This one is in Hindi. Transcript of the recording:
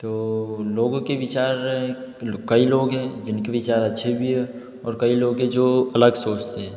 तो लोगों के विचार है कई लोग है जिनके विचार अच्छे भी है और कई लोग है जो अलग सोचते हैं